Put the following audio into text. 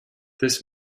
this